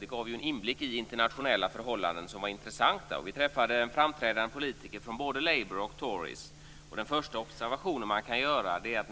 Det gav en inblick i internationella förhållanden som var intressanta. Vi träffade framträdande politiker från både Labour och Tories. Den första observation man kan göra är att